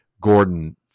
Gordon